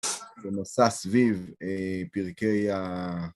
זה מסע סביב פרקי ה...